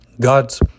God's